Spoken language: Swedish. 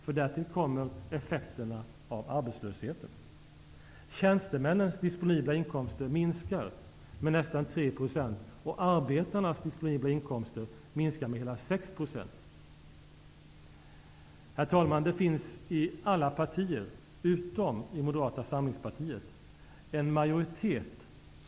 Vi har därför föreslagit en sänkning av momsen med 5 procentenheter för att lätta på den åtstramning som nu pressar ner hushållens ekonomi.